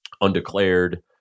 Undeclared